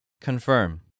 Confirm